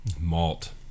Malt